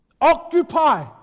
Occupy